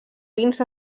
vins